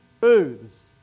booths